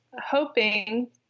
hoping